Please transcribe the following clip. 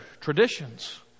traditions